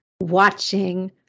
watching